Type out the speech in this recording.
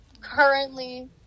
currently